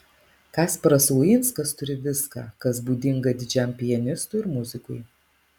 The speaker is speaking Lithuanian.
kasparas uinskas turi viską kas būdinga didžiam pianistui ir muzikui